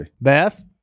beth